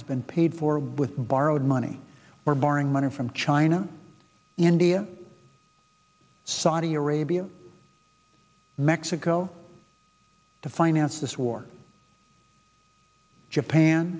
has been paid for with borrowed money or borrowing money from china india saudi arabia mexico to finance this war japan